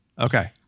Okay